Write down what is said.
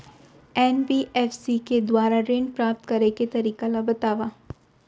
NBFC के दुवारा ऋण प्राप्त करे के तरीका ल बतावव?